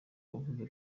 wavuze